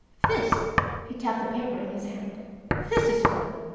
this he tapped the paper in his hand this is one.